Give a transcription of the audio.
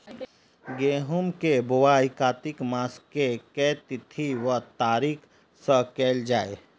गेंहूँ केँ बोवाई कातिक मास केँ के तिथि वा तारीक सँ कैल जाए?